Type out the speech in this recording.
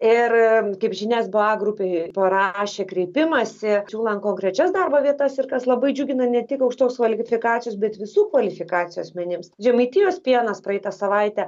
ir kaip žinia sba grupė parašė kreipimąsi siūlant konkrečias darbo vietas ir kas labai džiugina ne tik aukštos kvalifikacijos bet visų kvalifikacijų asmenims žemaitijos pienas praeitą savaitę